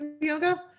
yoga